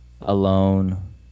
alone